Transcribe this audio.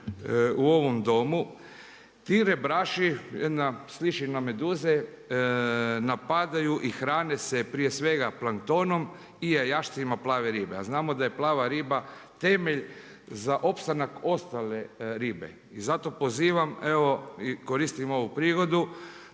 u ovom Domu, ti rebraši, jedna, sliči na meduze, napadaju i hrane se prije svega planktonom i jajašcima plave ribe. A znamo da je plava riba temelj za opstanak ostale ribe. I zato pozivam evo i koristim ovu prigodu